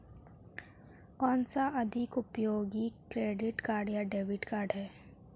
कौनसा अधिक उपयोगी क्रेडिट कार्ड या डेबिट कार्ड है?